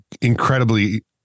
incredibly